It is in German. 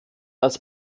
als